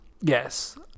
Yes